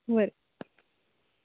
बरें